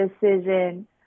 decision